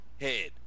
head